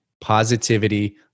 positivity